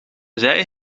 zij